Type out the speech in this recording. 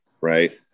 Right